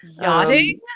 Yachting